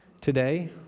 Today